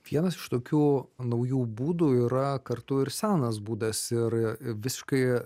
vienas iš tokių naujų būdų yra kartu ir senas būdas ir visiškai